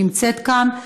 שנמצאת כאן,